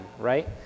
right